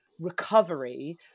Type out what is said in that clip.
recovery